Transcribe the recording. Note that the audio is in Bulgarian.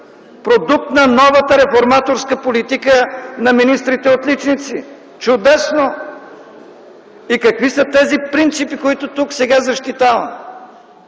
продукт на новата реформаторска политика на министрите отличници! Чудесно! И какви са тези принципи, които тук сега защитаваме?